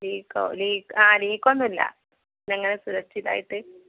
ലീക്കോ ലീ ആ ലീക്കൊന്നുമില്ല ഇതെങ്ങനെ സുരക്ഷിതമായിട്ട്